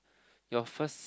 your first